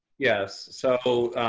yes, so